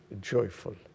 joyful